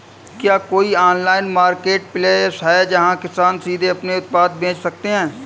क्या कोई online marketplace है जहाँ किसान सीधे अपने उत्पाद बेच सकते हैं?